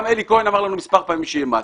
גם אלי כהן אמר מספר פעמים שיהיה מס.